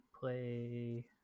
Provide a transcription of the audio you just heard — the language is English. play